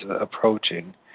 approaching